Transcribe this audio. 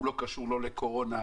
הוא לא קשור לקורונה,